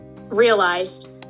realized